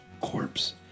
corpse